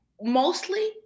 mostly